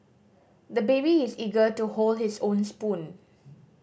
the baby is eager to hold his own spoon